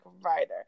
writer